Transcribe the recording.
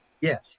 Yes